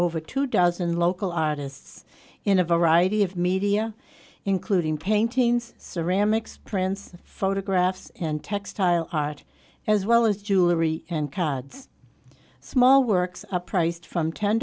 over two thousand local artists in a variety of media including paintings ceramics prince photographs and textile art as well as jewelry and cards small works are priced from ten